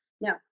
No